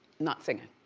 not singing.